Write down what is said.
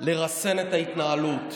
לרסן את ההתנהלות.